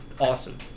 awesome